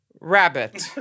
Rabbit